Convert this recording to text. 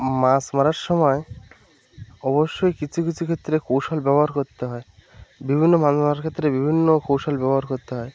মাছ মারার সময় অবশ্যই কিছু কিছু ক্ষেত্রে কৌশল ব্যবহার করতে হয় বিভিন্ন মাছ ধরার ক্ষেত্রে বিভিন্ন কৌশল ব্যবহার করতে হয়